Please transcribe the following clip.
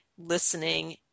listening